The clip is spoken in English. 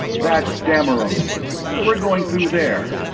that's dammerung we're going through there.